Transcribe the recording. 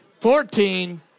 fourteen